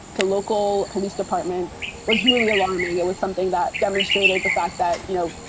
to local police departments was really alarming. it was something that demonstrated the fact that, you know,